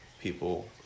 people